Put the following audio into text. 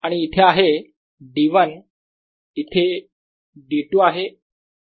आणि इथे आहे D1 इथे D2 आहे